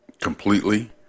completely